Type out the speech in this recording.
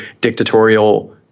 dictatorial